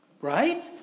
Right